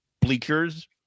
bleachers